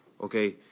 Okay